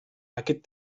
aquest